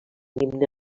himne